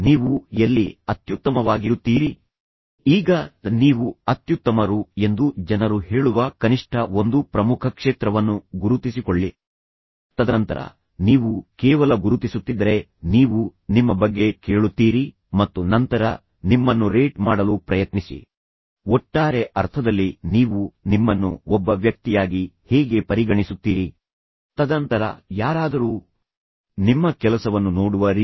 ಈ ಎರಡೂ ಸಂದರ್ಭಗಳಲ್ಲಿ ನಾವು ಅವುಗಳನ್ನು ಭಾವನಾತ್ಮಕ ಸಂಘರ್ಷಗಳು ಎಂದು ಕರೆಯುತ್ತೇವೆ ಅಂದರೆ ಭಾವನಾತ್ಮಕ ಸಂಘರ್ಷಗಳು ತುಂಬಾ ಅಪಾಯಕಾರಿ ಮತ್ತು ನಂತರ ನಿಭಾಯಿಸಲು ತುಂಬಾ ಅಪಾಯಕಾರಿ ಆದರೆ ನೀವು ಸರಿಯಾಗಿ ವ್ಯವಹರಿಸದಿದ್ದರೆ ಅವು ಟೈಮ್ ಬಾಂಬ್ ನಂತೆ ಸ್ಫೋಟಗೊಳ್ಳಬಹುದು ಮತ್ತು ನಂತರ ಸಂಬಂಧಕ್ಕೆ ಸಂಪೂರ್ಣ ಹಾನಿಯನ್ನುಂಟು ಮಾಡಬಹುದು ಎಷ್ಟರಮಟ್ಟಿಗೆಂದರೆ ಅದರ ನಂತರ ನೀವು ಅದನ್ನು ಬೆಸೆಯಲೂ ಸಾಧ್ಯವಾಗುವುದಿಲ್ಲ